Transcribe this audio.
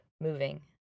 moving